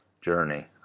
journey